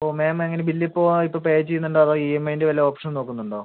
ഓ ma'am എങ്ങന bill ഇപ്പോ ഇപ്പം പേ ചെയ്യുന്നുണ്ടോ അതോ ഇ എം ഐൻ്റ വല്ല ഓപ്ഷനും നോക്കുന്നുണ്ടോ